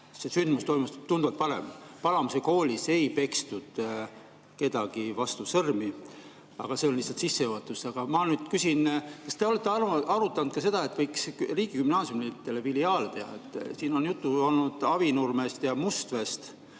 See sündmus toimus tunduvalt varem. Palamuse koolis ei pekstud kedagi vastu sõrmi. Aga see on lihtsalt sissejuhatus. Ma nüüd küsin, kas te olete arutanud ka seda, et võiks riigigümnaasiumidele filiaale teha. Siin on juttu olnud Avinurmest ja Mustveest,